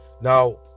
Now